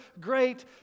great